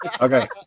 Okay